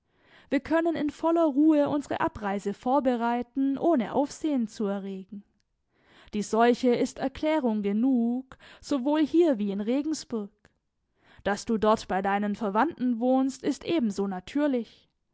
wir können in voller ruhe unsere abreise vorbereiten ohne aufsehen zu erregen die seuche ist erklärung genug sowohl hier wie in regensburg daß du dort bei deinen verwandten wohnst ist ebenso natürlich